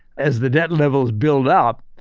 as the debt levels build up,